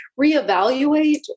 reevaluate